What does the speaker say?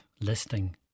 listing